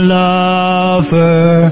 lover